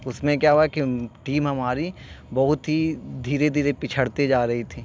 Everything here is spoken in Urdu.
اس میں کیا ہوا کہ ٹیم ہماری بہت ہی دھیرے دھیرے پچھڑتے جا رہی تھی